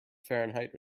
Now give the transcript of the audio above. fahrenheit